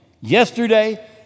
yesterday